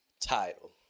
title